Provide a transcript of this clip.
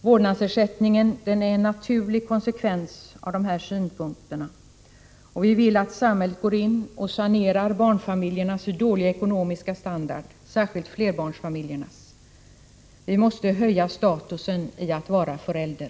Vårdnadsersättningen är en naturlig konsekvens av de här synpunkterna. Vi vill att samhället går in och sanerar barnfamiljernas dåliga ekonomiska standard, särskilt flerbarnsfamiljernas. Vi måste höja statusen i att vara förälder!